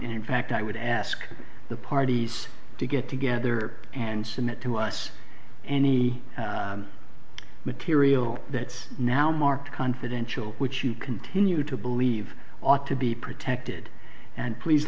and in fact i would ask the parties to get together and submit to us any material that's now marked confidential which you continue to believe ought to be protected and please